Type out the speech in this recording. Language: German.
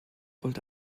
wollte